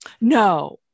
No